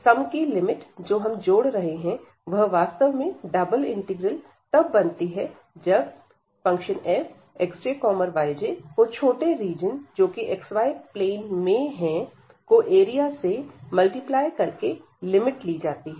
सम की लिमिट जो हम जोड़ रहे हैं वह वास्तव में डबल इंटीग्रल तब बनती है जब fxj yj को छोटे रीजन जो कि xy plane में हैं को एरिया से मल्टीप्लाई करके लिमिट ली जाती है